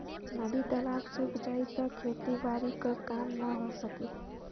नदी तालाब सुख जाई त खेती बारी क काम ना हो सकी